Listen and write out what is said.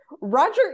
Roger